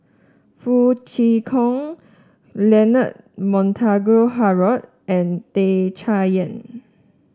Foo Kwee Horng Leonard Montague Harrod and Tan Chay Yan